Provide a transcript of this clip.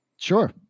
Sure